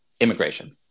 immigration